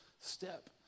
step